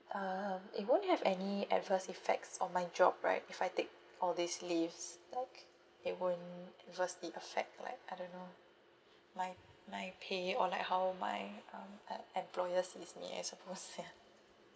um it won't have any adverse effects on my job right if I take all these leaves like it won't aversely affect like I don't know my my pay or like how my um e~ employers is near I suppose ya